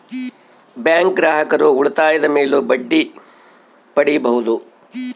bank ಗ್ರಾಹಕರು ಉಳಿತಾಯದ ಮೇಲೂ ಬಡ್ಡಿ ಪಡೀಬಹುದು